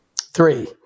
Three